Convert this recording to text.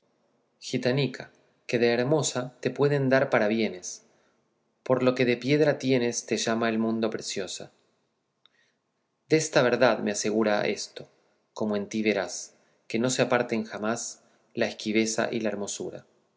gitanica que de hermosa te pueden dar parabienes por lo que de piedra tienes te llama el mundo preciosa desta verdad me asegura esto como en ti verás que no se apartan jamás la esquiveza y la hermosura